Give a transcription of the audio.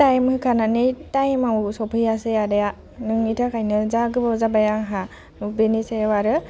time होखानानै टाइमाव सफैयासै आदाया नोंनि थाखायनो जा गोबाव जाबाय आंहा बेनि सायाव आरो